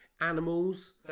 Animals